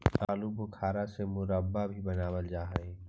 आलू बुखारा से मुरब्बा भी बनाबल जा हई